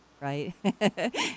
right